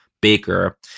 baker